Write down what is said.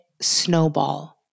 snowball